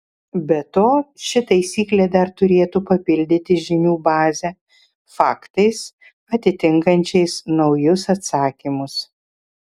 be to ši taisyklė dar turėtų papildyti žinių bazę faktais atitinkančiais naujus atsakymus